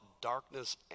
darkness